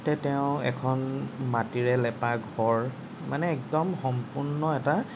তে তেওঁ এখন মাটিৰে লেপা ঘৰ মানে একদম সম্পূৰ্ণ এটা